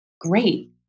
great